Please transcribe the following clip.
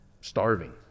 starving